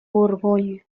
orgull